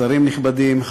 שרים נכבדים,